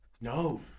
No